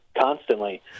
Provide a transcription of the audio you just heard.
constantly